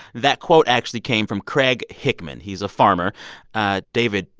that quote actually came from craig hickman. he's a farmer ah david,